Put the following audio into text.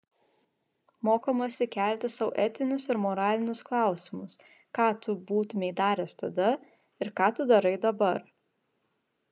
mokomasi kelti sau etinius ir moralinius klausimus ką tu būtumei daręs tada ir ką tu darai dabar